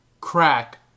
crack